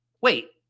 Wait